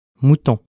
Mouton